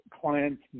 clients